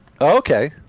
Okay